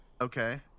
Okay